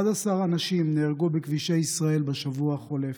11 אנשים נהרגו בכבישי ישראל בשבוע החולף.